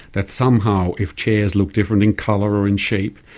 that somehow if chairs look different in colour or in shape,